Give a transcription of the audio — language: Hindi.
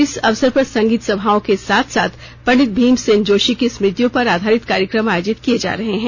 इस अवसर पर संगीत सभाओं के साथ साथ पंडित भीमसेन जोशी की स्मृतियों पर आधारित कार्यक्रम आयोजित किये जा रहे हैं